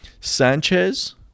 Sanchez